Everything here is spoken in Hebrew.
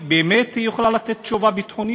לישון, יספרו לך סיפורים.